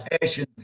passion